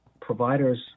providers